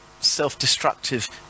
self-destructive